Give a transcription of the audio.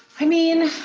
i mean,